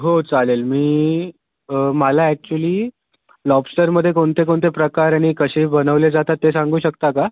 हो चालेल मी मला ॲक्चुली लॉबस्टरमध्ये कोणते कोणते प्रकार आणि कसे बनवले जातात ते सांगू शकता का